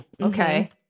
okay